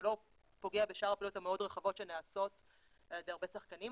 זה לא פוגע בשאר הפעולות המאוד רחבות שנעשות על ידי הרבה שחקנים,